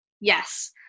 Yes